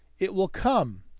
it will come.